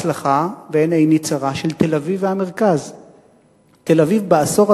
היהודי): אצלנו בבית-הספר,